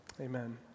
Amen